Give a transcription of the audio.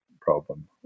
problem